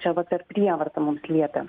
čia va per prievartą mums liepia